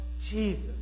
Jesus